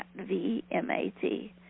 Vmat